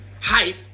hype